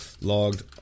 logged